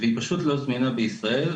היא פשוט לא זמינה בישראל.